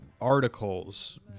Articles